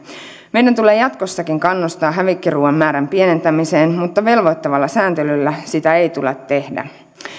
meidän tulee jatkossakin kannustaa hävikkiruuan määrän pienentämiseen mutta velvoittavalla sääntelyllä sitä ei tule tehdä